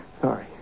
Sorry